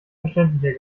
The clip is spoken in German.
verständlicher